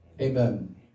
Amen